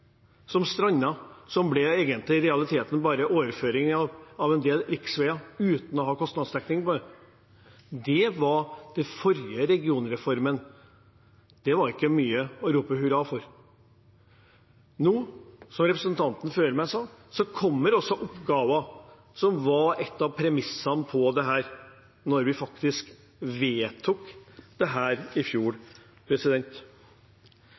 som strandet – som i realiteten egentlig var en overføring av en del riksveier uten å ha kostnadsdekning for det, var den forrige regionreformen. Det var ikke mye å rope hurra for. Nå, som representanten før meg sa, kommer det oppgaver, som var et av premissene